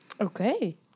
Okay